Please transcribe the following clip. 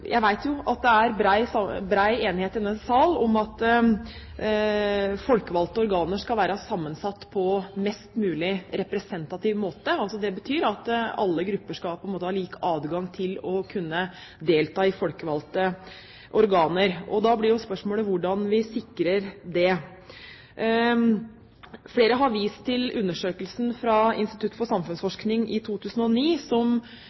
Jeg vet at det er bred enighet i denne sal om at folkevalgte organer skal være sammensatt på en mest mulig representativ måte. Det betyr at alle grupper skal ha lik adgang til å kunne delta i folkevalgte organer. Da blir spørsmålet hvordan vi sikrer det. Flere har vist til undersøkelsen fra Institutt for samfunnsforskning fra 2009. Den har vist flere ting, men det spesielle som